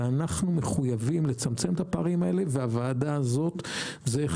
אנו מחויבים לצמצם את הפערים הללו והוועדה זהו,